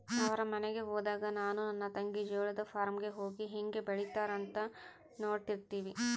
ಅವರ ಮನೆಗೆ ಹೋದಾಗ ನಾನು ನನ್ನ ತಂಗಿ ಜೋಳದ ಫಾರ್ಮ್ ಗೆ ಹೋಗಿ ಹೇಂಗೆ ಬೆಳೆತ್ತಾರ ಅಂತ ನೋಡ್ತಿರ್ತಿವಿ